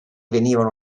venivano